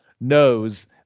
knows